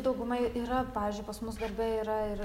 daugumai yra pavyzdžiui pas mus darbe yra ir